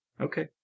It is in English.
Okay